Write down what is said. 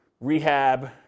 rehab